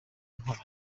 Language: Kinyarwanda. intwari